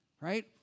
right